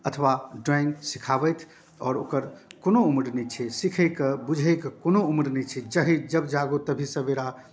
अथवा ड्रॉइंग सिखाबथि आओर ओकर कोनो उम्र नहि छै सीखैके बूझैके कोनो उम्र नहि छै जाहि जब जागो तभी सवेरा